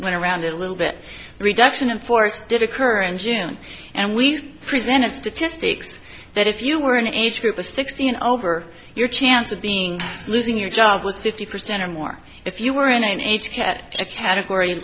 went around it a little bit reduction in force did occur in june and we presented statistics that if you were an age group the sixteen over your chance of being losing your job was fifty percent or more if you were in a chat category